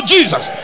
Jesus